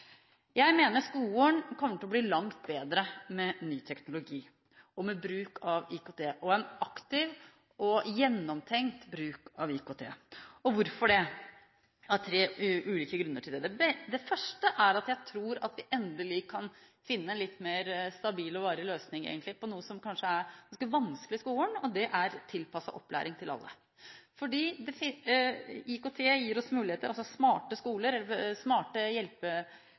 Jeg mener skolen kommer til å bli langt bedre med ny teknologi, og med bruk av IKT, og en aktiv og gjennomtenkt bruk av IKT. Hvorfor det? Det er tre ulike grunner til det. Den første er at jeg tror at vi endelig kan finne en litt mer stabil og varig løsning egentlig på noe som kanskje er ganske vanskelig i skolen, og det er tilpasset opplæring til alle. Smarte hjelpemidler og smarte læremidler gjør at vi kan tilpasse oppgavene mye lettere enten til